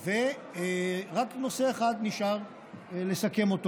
רק נושא אחד נשאר לסכם,